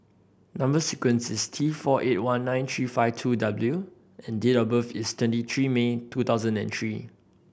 number sequence is T four eight one nine three five two W and date of birth is twenty three May two thousand and three